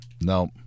No